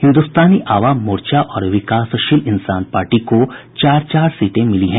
हिन्दुस्तानी आवाम मोर्चा और विकासशील इंसान पार्टी को चार चार सीटें मिली हैं